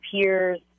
peers